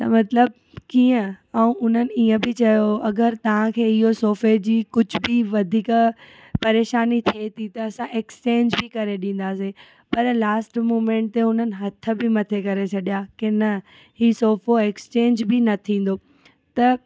त मतिलबु कीअं ऐं उन्हनि ईअं बि चयो हुओ अगरि तांखे इयो सोफे जी कुझ बि वधीक परेशानी थिए थी त असां एक्सचेंज बि करे ॾींदासीं पर लास्ट मूमैंट ते हुननि हथ बि मथे करे छॾिया की न हीउ सोफो एक्सचेंज बि न थींदो त